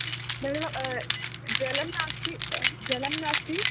जलं जलं नास्ति जलं नास्ति